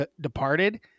Departed